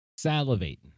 salivating